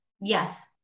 Yes